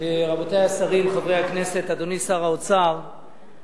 רבותי השרים, חברי הכנסת, אדוני שר האוצר,